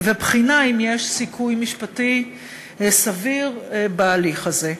ובחינה אם יש סיכוי משפטי סביר בהליך הזה.